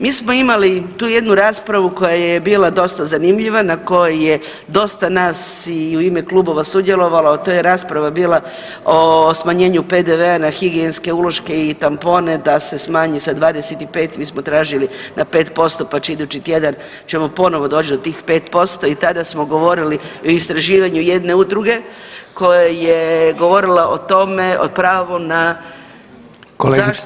Mi smo imali tu jednu raspravu koja je bila dosta zanimljiva, na kojoj je dosta nas i u ime klubova sudjelovalo, a to je rasprava bila o smanjenju PDV-a na higijenske uloške i tampone da se smanji sa 25, mi smo tražili na 5%, pa će idući tjedan, ćemo ponovo doć do tih 5% i tada smo govorili o istraživanju jedne udruge koja je govorila o tome, o pravu na zaštitu…